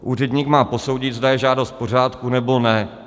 Úředník má posoudit, zda je žádost v pořádku, nebo ne.